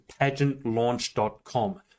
pageantlaunch.com